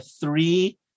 three